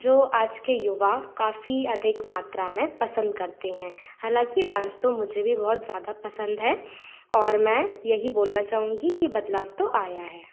जो आज के युवा काफ़ी अधिक मात्रा में पसंद करते हैं हालाँकि डांस तो मुझे भी बहुत ज़्यादा पसंद है और मैं यही बोलना चाहूँगी कि बदलाव तो आया है